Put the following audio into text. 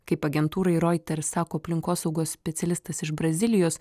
kaip agentūrai reuters sako aplinkosaugos specialistas iš brazilijos